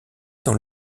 dans